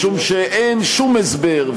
משום שאין שום הסבר,